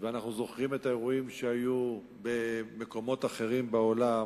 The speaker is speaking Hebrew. ואנחנו זוכרים את האירועים שהיו במקומות אחרים בעולם